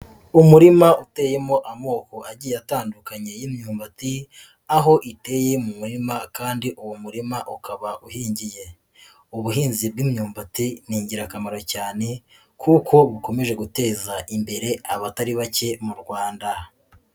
Umurima uteyemo amoko agiye atandukanye y'imyumbati, aho iteye mu murima kandi uwo murima ukaba uhingiye, ubuhinzi bw'imyumbati ni ingirakamaro cyane kuko bukomeje guteza imbere abatari bake mu rwanda.